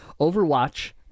Overwatch